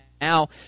now